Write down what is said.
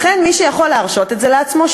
לכן מי שיכול להרשות את זה לעצמו,